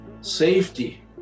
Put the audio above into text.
safety